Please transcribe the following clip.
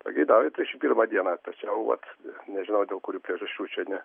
pageidauja trišimpirmą dieną tačiau vat nežinau dėl kurių priežasčių čia ne